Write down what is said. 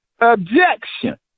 objection